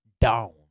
down